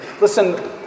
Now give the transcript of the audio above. Listen